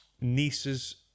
niece's